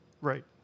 Right